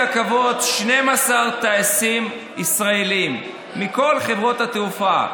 הכבוד 12 טייסים ישראלים מכל חברות התעופה.